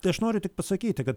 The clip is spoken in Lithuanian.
tai aš noriu tik pasakyti kad